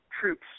troops